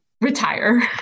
retire